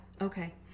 Okay